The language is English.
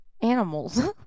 animals